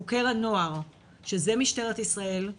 חוקר הנוער, שזה משטרת ישראל הוא